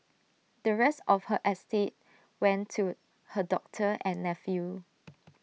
the rest of her estate went to her doctor and nephew